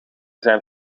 zijn